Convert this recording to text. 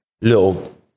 little